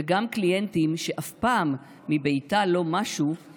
/ וגם קליינטים שאף פעם מביתה לא משו /